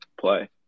play